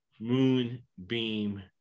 Moonbeam